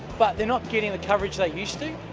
but they are not getting the coverage they used to.